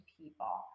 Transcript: people